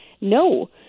No